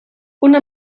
una